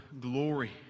glory